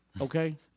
Okay